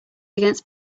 against